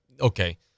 okay